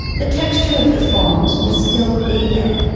the texture of the forms will still be there,